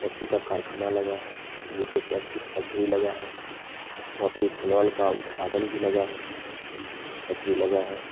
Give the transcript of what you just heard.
Pepsi का कारख़ाना लगा है वही पर पेप्सी फैक्ट्री लगी है वहाँ पर एथनॉल का उत्पादन भी लगा है फैक्ट्री लगी है